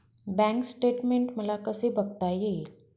Bank statement मला कसे बघता येईल?